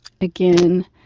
Again